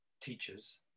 teachers